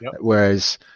Whereas